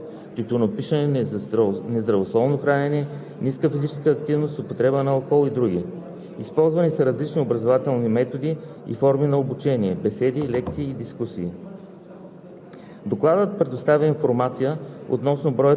отношение на Програмата за превенция на хронични незаразни болести са реализирани дейности, насочени към ограничаване на рисковите фактори, свързани с начина на живот (тютюнопушене, нездравословно хранене, ниска физическа активност, употреба на алкохол и други).